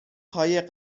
های